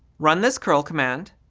run this curl command